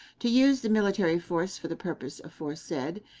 to use the military force for the purpose aforesaid,